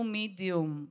medium